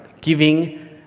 giving